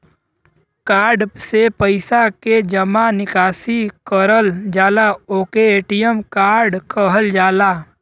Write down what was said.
card से पइसा के जमा निकासी करल जाला ओके ए.टी.एम कार्ड कहल जाला